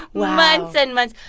months and months.